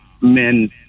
men